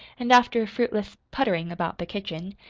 and after a fruitless puttering about the kitchen,